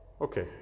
Okay